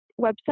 website